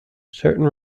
certain